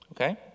Okay